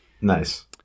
Nice